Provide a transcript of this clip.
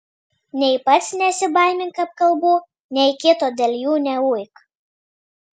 nei pats nesibaimink apkalbų nei kito dėl jų neuik